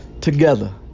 together